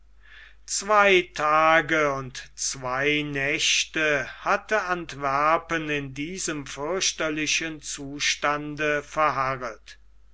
zwei tage und zwei nächte hatte antwerpen in diesem fürchterlichen zustande verharret